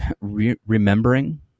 remembering